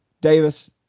Davis